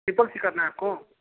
triple C करना है आपको